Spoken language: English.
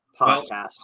podcast